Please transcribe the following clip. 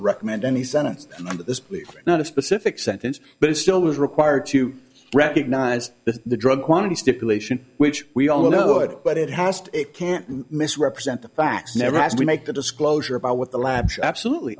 recommend any sentence that this be not a specific sentence but it still is required to recognize the drug quantity stipulation which we all know it but it has to it can't misrepresent the facts never has to make the disclosure about what the lab absolutely